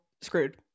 screwed